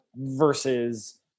versus